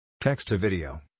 Text-to-Video